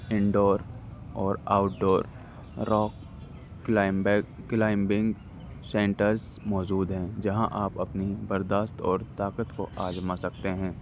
انڈور اور outdoor rock climb climbing centres موجود ہیں جہاں آپ اپنی برداشت اور طاقت کو آزما سکتے ہیں